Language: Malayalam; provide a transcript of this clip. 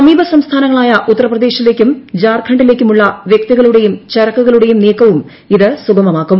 സമീപ സംസ്ഥാനങ്ങളായ ഉത്തർപ്രദേശിലേയ്ക്കുംജാർഖണ്ഡിലേയ്ക്കുമുള്ള വ്യക്തികളുടെയും ചരക്കുകളുടെയും നീക്കവും ഇത് സുഗമമാക്കും